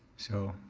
so,